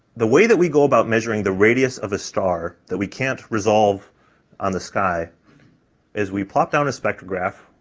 the way that we go about measuring the radius of a star that we can't resolve on the sky is we plop down a spectrograph,